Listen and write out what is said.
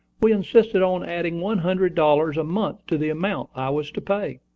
we insisted on adding one hundred dollars a month to the amount i was to pay.